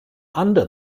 under